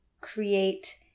create